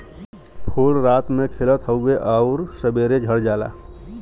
फूल रात में खिलत हउवे आउर सबेरे झड़ जाला